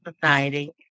Society